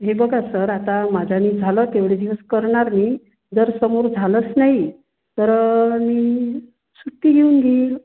हे बघा सर आता माझ्याने झालं तेवढे दिवस करणार मी जर समोर झालं नाही तर मी सुट्टी घेऊन घेईल